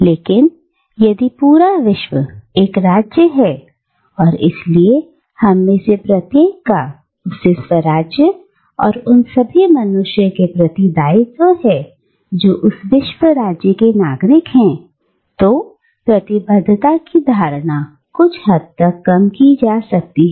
लेकिन यदि पूरा विश्व एक राज्य है और इसलिए हमें से प्रत्येक का उससे स्वराज्य और उन सभी मनुष्य के प्रति दायित्व है जो उस विश्व राज्य के नागरिक हैं तो प्रतिबद्धता की धारणा कुछ हद तक कम की जा सकती है